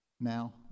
Now